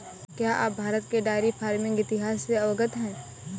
क्या आप भारत के डेयरी फार्मिंग इतिहास से अवगत हैं?